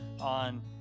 on